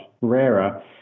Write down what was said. rarer